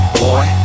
boy